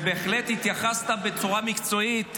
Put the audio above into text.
ובהחלט התייחסת בצורה מקצועית.